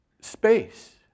space